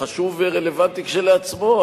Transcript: חשוב ורלוונטי כשלעצמו,